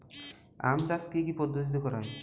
আম চাষ কি কি পদ্ধতিতে করা হয়?